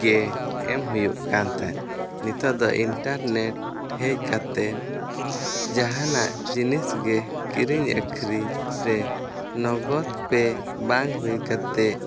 ᱜᱮ ᱮᱢ ᱦᱩᱭᱩᱜ ᱠᱟᱱᱛᱟᱦᱮᱱ ᱱᱮᱛᱟᱨ ᱫᱚ ᱤᱱᱴᱟᱨᱱᱮᱴ ᱦᱮᱡ ᱠᱟᱛᱮᱱ ᱡᱟᱦᱟᱱᱟᱜ ᱡᱤᱱᱤᱥᱜᱮ ᱠᱤᱨᱤᱧ ᱟᱹᱠᱷᱨᱤᱧᱨᱮ ᱱᱚᱜᱚᱫᱽ ᱜᱮ ᱵᱟᱝ ᱦᱩᱭ ᱠᱟᱛᱮ